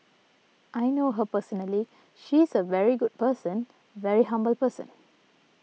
I know her personally she is a very good person very humble person